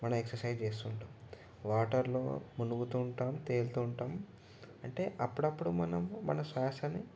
మనం ఎక్ససైజ్ చేస్తు ఉంటాం వాటర్లో మునుగుతు ఉంటాం తేలుతు ఉంటాం అంటే అప్పుడప్పుడు మనం మన శ్వాసని